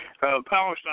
Palestine